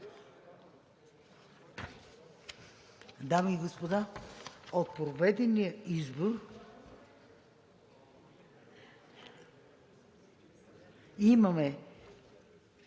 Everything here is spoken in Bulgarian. Дами и господа, от проведения избор имаме